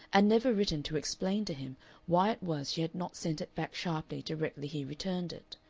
and never written to explain to him why it was she had not sent it back sharply directly he returned it.